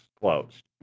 closed